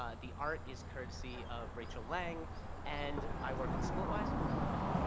ah the art is courtesy of rachel lang and i work at splitwise, and we're hiring.